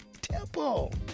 Temple